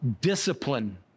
discipline